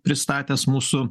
pristatęs mūsų